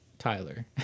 Tyler